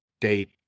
date